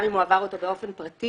גם אם הוא עבר אותו באופן פרטי,